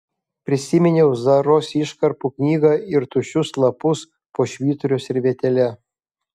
prisiminiau zaros iškarpų knygą ir tuščius lapus po švyturio servetėle